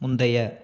முந்தைய